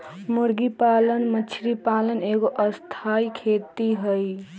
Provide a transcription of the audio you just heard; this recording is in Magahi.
मुर्गी पालन मछरी पालन एगो स्थाई खेती हई